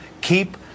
keep